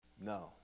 no